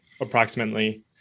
approximately